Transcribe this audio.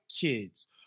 kids